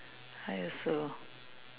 I also